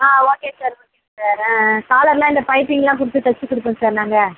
ஆ okay sir okay sir காலர்லாம் இந்த பைப்பிங்லாம் கொடுத்து தைச்சிக் கொடுப்போம் சார் நாங்கள்